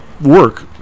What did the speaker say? work